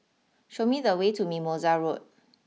show me the way to Mimosa Road